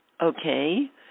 okay